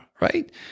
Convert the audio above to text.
Right